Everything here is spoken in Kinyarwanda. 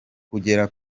kugera